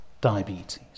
diabetes